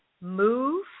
move